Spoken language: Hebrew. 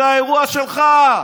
זה האירוע שלך.